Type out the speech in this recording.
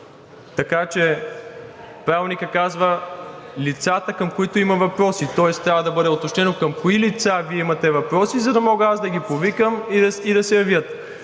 Така че Правилникът казва – лицата, към които има въпроси, тоест трябва да бъде уточнено към кои лица Вие имате въпроси, за да мога аз да ги повикам и да се явят.